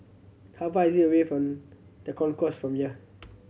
how far is it away from The Concourse from here